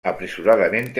apresuradamente